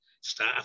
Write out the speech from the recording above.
staff